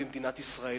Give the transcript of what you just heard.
במדינת ישראל.